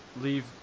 leave